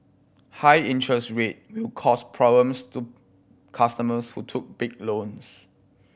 high interest rate will cause problems to customers who took big loans